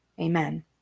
Amen